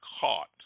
caught